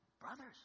Brothers